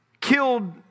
killed